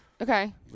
Okay